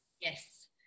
Yes